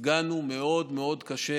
נפגענו מאוד מאוד קשה